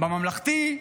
בממלכתי,